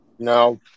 No